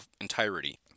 entirety